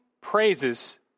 praises